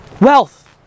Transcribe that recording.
Wealth